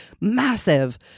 massive